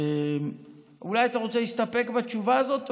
אולי אתה רוצה להסתפק בתשובה הזאת?